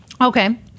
Okay